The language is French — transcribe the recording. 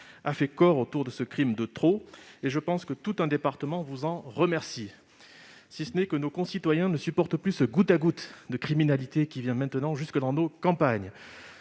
a fait corps autour de ce crime de trop, et je pense que tout un département vous en remercie. Cependant, nos concitoyens ne supportent plus ce goutte-à-goutte de criminalité qui diffuse maintenant jusque dans nos campagnes.